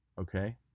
Okay